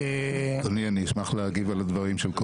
אדוני, אני אשמח להגיב על הדברים.